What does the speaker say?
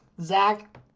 Zach